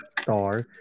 star